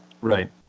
Right